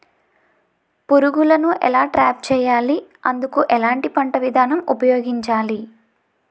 పురుగులను ఎలా ట్రాప్ చేయాలి? అందుకు ఎలాంటి పంట విధానం ఉపయోగించాలీ?